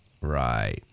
right